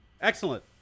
Excellent